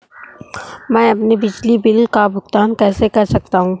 मैं अपने बिजली बिल का भुगतान कैसे कर सकता हूँ?